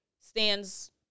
stands